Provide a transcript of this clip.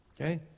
Okay